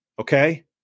okay